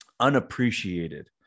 Unappreciated